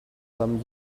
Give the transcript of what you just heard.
some